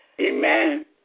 Amen